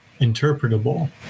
interpretable